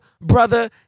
brother